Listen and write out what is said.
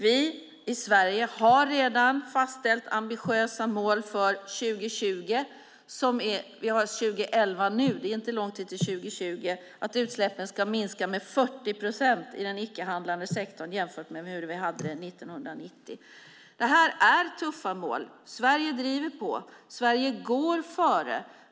Vi i Sverige har redan fastställt ambitiösa mål för 2020 - vi har 2011 nu, och det är inte lång tid till 2020 - att utsläppen ska minska med 40 procent i den icke handlande sektorn jämfört med 1990. Det här är tuffa mål. Sverige driver på. Sverige går före.